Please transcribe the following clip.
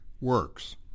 works